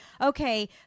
Okay